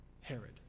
Herod